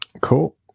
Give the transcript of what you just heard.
Cool